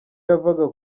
yavaga